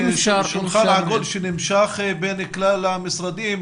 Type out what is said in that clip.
שולחן עגול שנמשך בין כלל המשרדים,